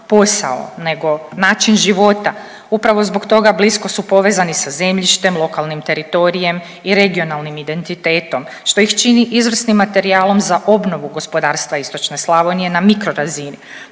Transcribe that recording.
posao nego način života. Upravo zbog toga blisko su povezani sa zemljištem, lokalnim teritorijem i regionalnim identitetom, što ih čini izvrsnim materijalom za obnovu gospodarstva istočne Slavonije na mikro razini.